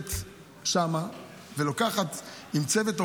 שעומדת שם ולוקחת עם צוות עובדים,